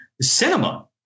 cinema